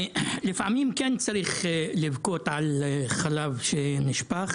לפעמים כן צריך לבכות על חלב שנשפך